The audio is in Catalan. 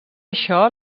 això